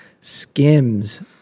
Skims